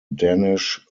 danish